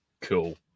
Cool